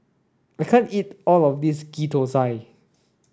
I can't eat all of this Ghee Thosai